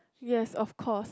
yes of course